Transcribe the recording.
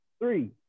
Three